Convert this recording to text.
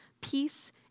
peace